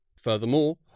Furthermore